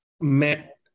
met